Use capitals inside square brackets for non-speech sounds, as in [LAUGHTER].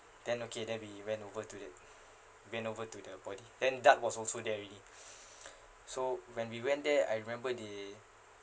then okay then we went over to it went over to the body then DART was also there already [BREATH] so when we went there I remember the